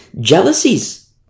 Jealousies